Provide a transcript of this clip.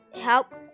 help